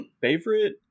Favorite